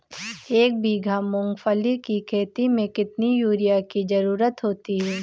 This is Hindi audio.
एक बीघा मूंगफली की खेती में कितनी यूरिया की ज़रुरत होती है?